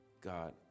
God